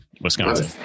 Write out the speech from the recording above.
Wisconsin